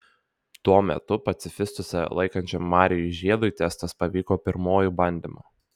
tuo metu pacifistu save laikančiam marijui žiedui testas pavyko pirmuoju bandymu